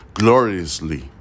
gloriously